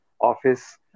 office